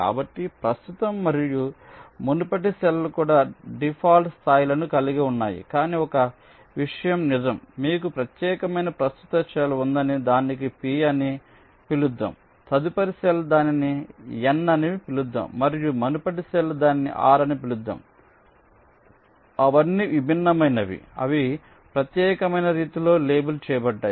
కాబట్టి ప్రస్తుత మరియు మునుపటి సెల్ల్ఫ్ కూడా డిఫాల్ట్ స్థాయిలను కలిగి ఉన్నాయి కానీ ఒక విషయం నిజం మీకు ప్రత్యేకమైన ప్రస్తుత సెల్ ఉందని దానిని P అని పిలుద్దాం తదుపరి సెల్ దానిని N అని పిలుద్దాం మరియు మునుపటి సెల్ దానిని R అని పిలుద్దాం అవన్నీ విభిన్నమైనవి అవి ప్రత్యేకమైన రీతిలో లేబుల్ చేయబడ్డాయి